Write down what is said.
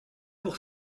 pour